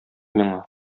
миңа